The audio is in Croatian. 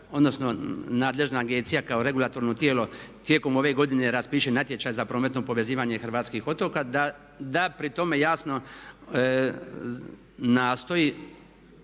odnosno nadležna agencija kao regulatorno tijelo tijekom ove godine raspiše natječaj za prometno povezivanje hrvatskih otoka da pri tome jasno nastoji